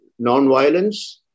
nonviolence